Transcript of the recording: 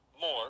more